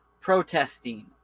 Protesting